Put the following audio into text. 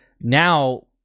now